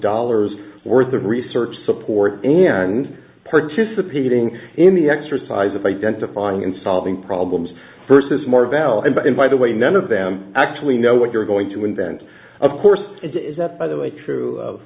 dollars worth of research support and participating in the exercise of identifying and solving problems versus more val and by and by the way none of them actually know what you're going to invent of course is that by the way true